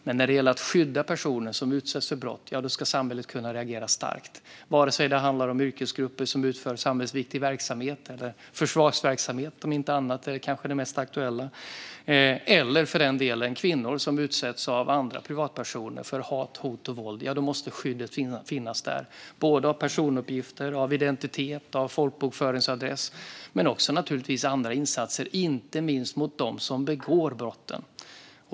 Men när det gäller att skydda personer som utsätts för brott ska samhället kunna reagera starkt. Vare sig det handlar om yrkesgrupper som utför samhällsviktig verksamhet - försvarsverksamhet är kanske det mest aktuella - eller om kvinnor som av andra privatpersoner utsätts för hat, hot och våld måste skyddet av personuppgifter, identitet och folkbokföringsadress finnas där. Det måste naturligtvis också till andra insatser, inte minst mot dem som begår brotten.